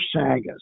sagas